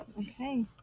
Okay